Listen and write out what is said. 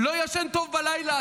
לא ישן טוב בלילה,